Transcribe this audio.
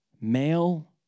Male